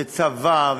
וצבא,